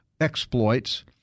exploits